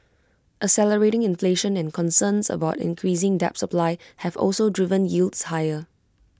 accelerating inflation and concerns about increasing debt supply have also driven yields higher